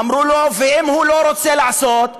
אמרו לו: ואם הוא לא רוצה לעשות?